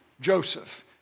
Joseph